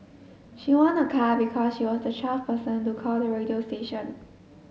she won a car because she was the twelfth person to call the radio station